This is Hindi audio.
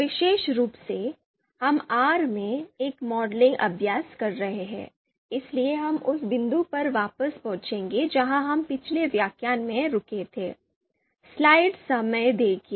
विशेष रूप से हम आर में एक मॉडलिंग अभ्यास कर रहे हैं इसलिए हम उस बिंदु पर वापस पहुंचेंगे जहां हम पिछले व्याख्यान में रुके थे